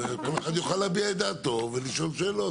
וכל אחד יוכל להביע את דעתו ולשאול שאלות.